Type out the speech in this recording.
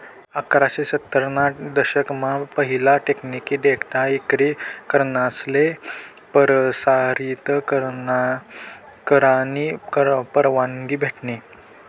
अठराशे सत्तर ना दशक मा पहिला टेकनिकी डेटा इक्री करनासले परसारीत करानी परवानगी भेटनी